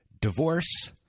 divorce